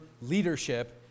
leadership